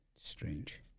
strange